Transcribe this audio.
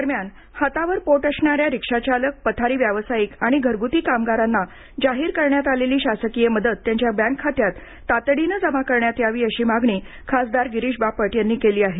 दरम्यान हातावर पोट असणाऱ्या रिक्षाचालक पथारी व्यावसायिक आणि घरग्ती कामगारांना जाहीर करण्यात आलेली शासकीय मदत त्यांच्या बँक खात्यात तातडीने जमा करण्यात यावी अशी मागणी खासदार गिरीश बापट यांनी केली आहे